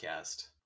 podcast